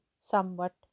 somewhat